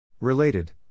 Related